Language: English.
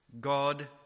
God